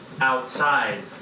outside